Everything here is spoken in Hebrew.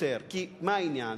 כי מה העניין,